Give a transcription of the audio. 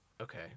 Okay